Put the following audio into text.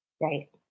Right